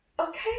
okay